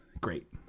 great